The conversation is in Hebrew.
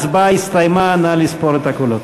ההצבעה הסתיימה, נא לספור את הקולות.